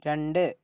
രണ്ട്